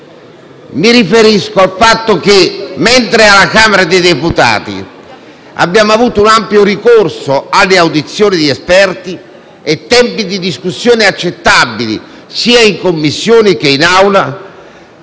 Mi riferisco al fatto che, mentre alla Camera dei deputati abbiamo avuto un ampio ricorso alle audizioni di esperti e tempi di discussione accettabili sia in Commissione che in Aula,